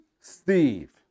Steve